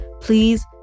Please